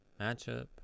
matchup